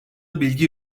bilgi